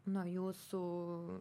nuo jūsų